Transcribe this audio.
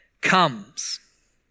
comes